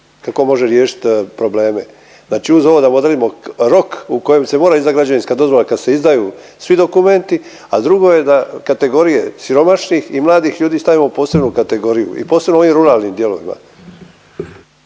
Kako može riješit probleme? Znači uz ovo da mu odredimo rok u kojem se mora izdat građevinska dozvola kad se izdaju svi dokumenti, a drugo je da kategorije siromašnih i mladih ljudi stavimo u posebnu kategoriju i posebno u ovim ruralnim dijelovima.